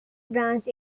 branch